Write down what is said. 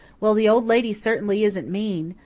well, the old lady certainly isn't mean,